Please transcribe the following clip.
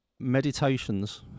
meditations